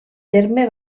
terme